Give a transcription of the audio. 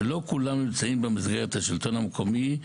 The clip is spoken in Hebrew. שלא כולם נמצאים במסגרת השלטון המקומי,